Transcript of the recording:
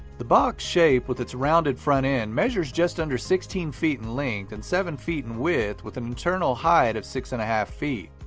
the box shape with its rounded front end measures just under sixteen feet in length and seven feet in width with an internal height of six and a half feet.